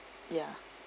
ya